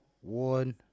one